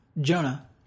Jonah